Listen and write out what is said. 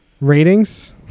Ratings